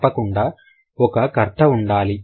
తప్పకుండా ఒక కర్త ఉండాలి